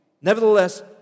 Nevertheless